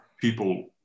people